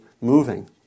moving